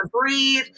breathe